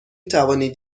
توانید